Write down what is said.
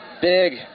big